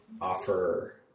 offer